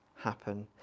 happen